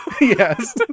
Yes